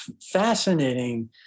fascinating